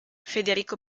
federico